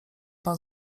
pan